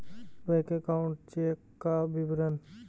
Bank account check का विवरण?